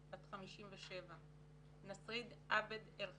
בת 57. נסריד עבד אל חפיד,